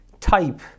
type